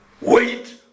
wait